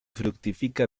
fructifica